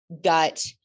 gut